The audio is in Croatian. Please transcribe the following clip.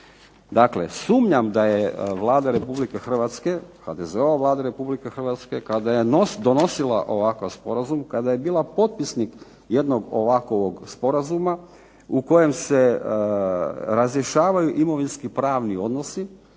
Dakle sumnjam da je Vlada Republike Hrvatske, HDZ-ova Vlada Republike Hrvatske, kada je donosila ovakav sporazum, kada je bila potpisnik jednog ovakvog sporazuma u kojem se razrješavanju imovinski pravni odnosi